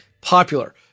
popular